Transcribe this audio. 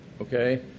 okay